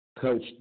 coach